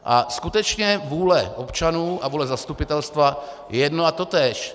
A skutečně vůle občanů a vůle zastupitelstva je jedno a totéž.